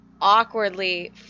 awkwardly